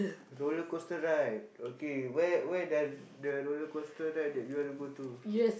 roller-coaster ride okay where where does the roller-coaster ride that you want to go to